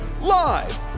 Live